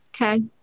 okay